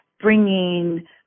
bringing